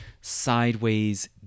sideways